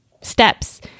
steps